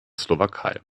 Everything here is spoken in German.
slowakei